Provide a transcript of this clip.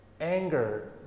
anger